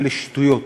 אלה שטויות.